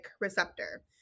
receptor